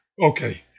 okay